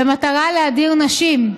במטרה להדיר נשים,